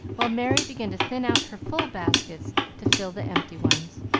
while merry began to thin out her full baskets to fill the empty ones.